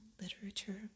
literature